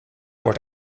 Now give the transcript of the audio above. wordt